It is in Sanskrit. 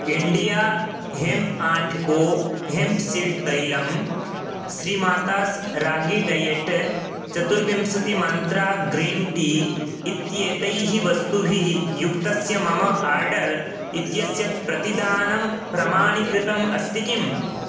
India hemp and co hemp seed तैलं श्रीमातास् रागी डयेट् चतुर्विंशतिमन्त्रा ग्रीन् टी इत्येतैः वस्तुभिः युक्तस्य मम आर्डर् इत्यस्य प्रतिदानं प्रमाणीकृतम् अस्ति किम्